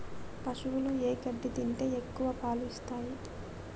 పశువులు ఏ గడ్డి తింటే ఎక్కువ పాలు ఇస్తాయి?